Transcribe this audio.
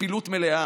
לפעילות מלאה.